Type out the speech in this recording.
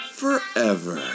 forever